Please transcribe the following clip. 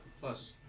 Plus